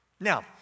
Now